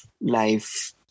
life